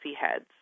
heads